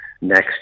next